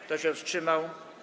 Kto się wstrzymał?